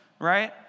right